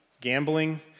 gambling